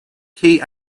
key